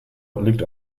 liegt